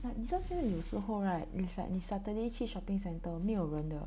like 你到现在有时候 right inside 你 Saturday 去 shopping centre 没有人的